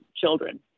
children